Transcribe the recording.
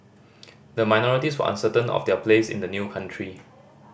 the minorities were uncertain of their place in the new country